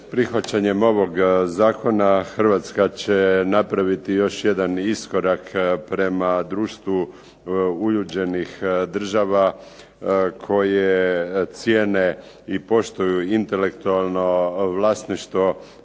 prihvaćanjem ovog zakona Hrvatska će napraviti još jedan iskorak prema društvu uljuđenih država koje cijene i poštuju intelektualno vlasništvo